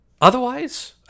Otherwise